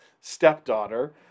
stepdaughter